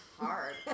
Hard